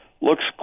looks